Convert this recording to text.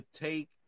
take